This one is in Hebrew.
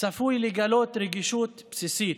צפוי לגלות רגישות בסיסית,